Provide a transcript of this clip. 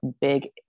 big